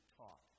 talk